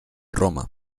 roma